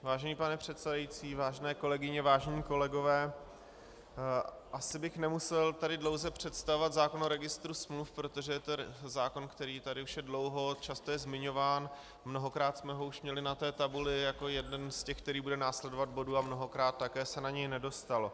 Vážený pane předsedající, vážené kolegyně, vážení kolegové, asi bych nemusel tady dlouze představovat zákon o Registru smluv, protože to je zákon, který je tu už dlouho, často je zmiňován, mnohokrát jsme ho už měli na té tabuli jako jeden z těch, který bude následovat, a mnohokrát se také na něj nedostalo.